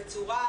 בצורה